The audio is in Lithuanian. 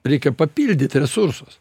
reikia papildyt resursus